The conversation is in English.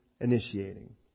initiating